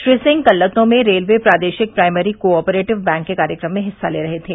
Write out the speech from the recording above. श्री सिंह कल लखनऊ में रेलवे प्रादेशिक प्राइमरी कोआपरेटिव बैंक के कार्यक्रम में हिस्सा ते रहे थे